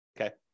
okay